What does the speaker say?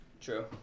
true